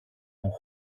που